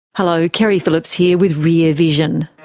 hello, keri phillips here with rear vision.